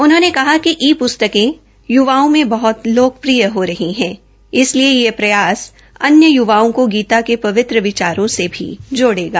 उन्होंने कहा कि ई प्स्तकें युवाओं में बह्त लोकप्रिय हो रही है इसलिए यह प्रयास अन्य युवाओं को गीता के पवित्र विचारों से ोड़ेगा